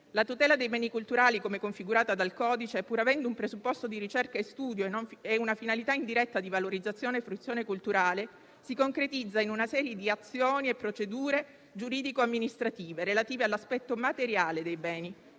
La tutela dei beni culturali come configurata dal codice, pur avendo un presupposto di ricerca e studio e una finalità indiretta di valorizzazione e fruizione culturale, si concretizza in una serie di azioni e procedure giuridico-amministrative relative all'aspetto materiale dei beni,